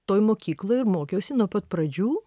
toj mokykloj ir mokiausi nuo pat pradžių